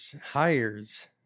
Hires